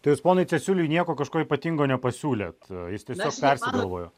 tai jūs ponui česiuliui nieko kažko ypatingo nepasiūlėt jis tiesiog persigalvojo